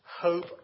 Hope